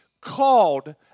called